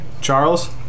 Charles